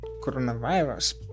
coronavirus